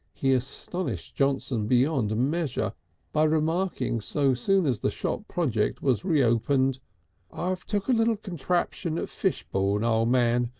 he astonished johnson beyond measure by remarking so soon as the shop project was reopened i've took a little contraption at fishbourne, o' man,